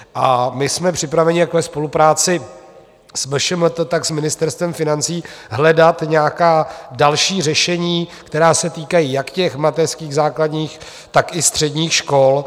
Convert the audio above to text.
A my jsme připraveni jak ve spolupráci s MŠMT, tak s Ministerstvem financí hledat nějaká další řešení, která se týkají jak mateřských, základních, tak i středních škol.